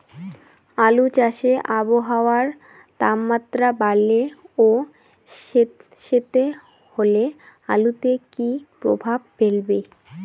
আলু চাষে আবহাওয়ার তাপমাত্রা বাড়লে ও সেতসেতে হলে আলুতে কী প্রভাব ফেলবে?